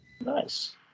nice